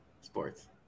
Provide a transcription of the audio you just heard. Sports